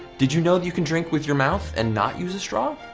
did you know that you can drink with your mouth, and not use a straw?